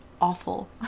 awful